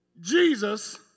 Jesus